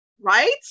right